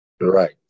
Right